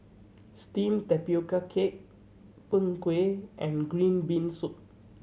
steamed tapioca cake Png Kueh and green bean soup